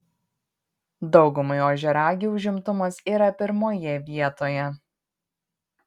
daugumai ožiaragių užimtumas yra pirmoje vietoje